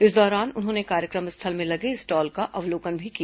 इस दौरान उन्होंने कार्यक्रम स्थल में लगे स्टॉल का अवलोकन भी किया